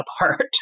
apart